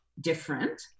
different